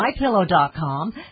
mypillow.com